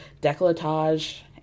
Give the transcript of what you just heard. decolletage